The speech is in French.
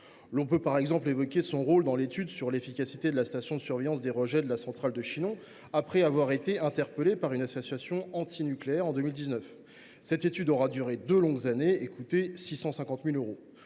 pouvons par exemple évoquer le rôle de l’institut dans l’étude sur l’efficacité de la station de surveillance des rejets de la centrale de Chinon, après qu’il avait été interpellé par une association antinucléaire en 2019 – cette étude aura duré deux longues années et coûté 650 000 euros